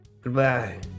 Goodbye